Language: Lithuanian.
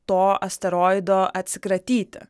to asteroido atsikratyti